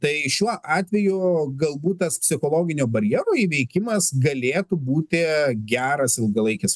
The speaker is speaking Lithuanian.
tai šiuo atveju galbūt tas psichologinio barjero įveikimas galėtų būti geras ilgalaikis